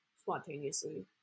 spontaneously